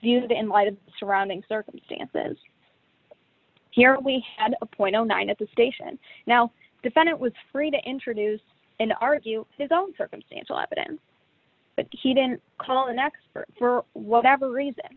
viewed in light of the surrounding circumstances here we had a point nine at the station now defendant was free to introduce and argue his own circumstantial evidence but he didn't call an expert for whatever reason